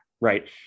right